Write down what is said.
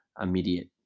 Immediate